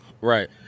right